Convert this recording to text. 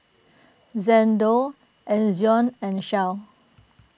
Xndo Ezion and Shell